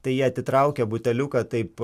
tai jie atitraukia buteliuką taip